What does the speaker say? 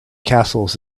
castles